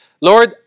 Lord